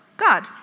God